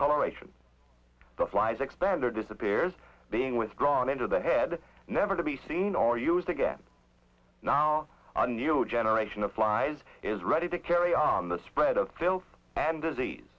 coloration the flies expander disappears being withdrawn into the head never to be seen or used again now a new generation of flies is ready to carry on the spread of filth and disease